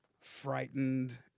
frightened